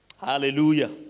Hallelujah